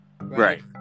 Right